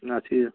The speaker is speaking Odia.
ଅଛି